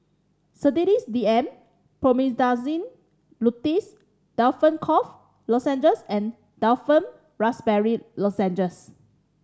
Sedilix D M Promethazine Linctus Difflam Cough Lozenges and Difflam Raspberry Lozenges